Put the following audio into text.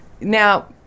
Now